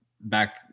back